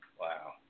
Wow